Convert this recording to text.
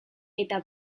eta